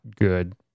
good